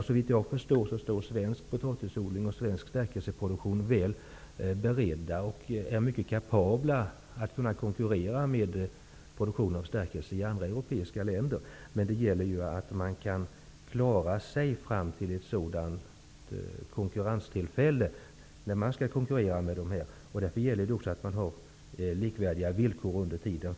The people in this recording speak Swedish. Såvitt jag förstår står svensk potatisodling och svensk stärkelseproduktion väl beredda och är kapabla att konkurrera med produktion av stärkelse i andra europeiska länder. Men det gäller ju för producenterna att klara sig fram till det tillfälle då de skall konkurrera med producenter i Europa. Det är därför viktigt att vi i Sverige har likvärdiga villkor under tiden.